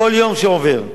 כל יום שעובר.